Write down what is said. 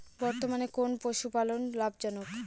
বর্তমানে কোন পশুপালন লাভজনক?